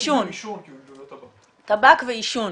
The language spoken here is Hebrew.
טבק ועישון.